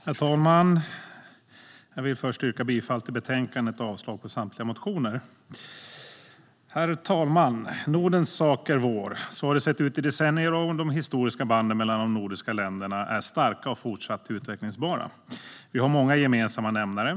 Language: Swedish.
Herr talman! Jag vill först yrka bifall till utskottets förslag och avslag på samtliga motioner. Herr talman! Nordens sak är vår. Så har det sett ut i decennier. De historiska banden mellan de nordiska länderna är starka och fortsätter att vara utvecklingsbara. Vi har många gemensamma nämnare.